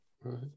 Right